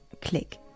click